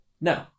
No